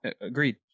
Agreed